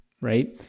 right